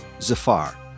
Zafar